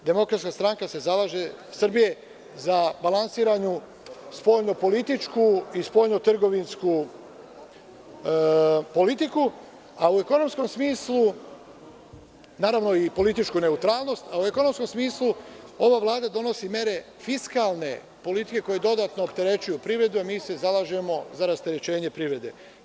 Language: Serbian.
DSS se zalaže za balansiranu spoljno-političku i spoljno-trgovinsku politiku, a u ekonomskom smislu, naravno i političku neutralnost, ova Vlada donosi mere fiskalne politike koje dodatno opterećuju privredu, a mi se zalažemo za rasterećenje privrede.